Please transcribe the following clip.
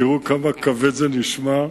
תראו כמה כבד זה נשמע,